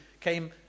came